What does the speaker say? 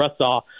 Russaw